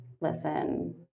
listen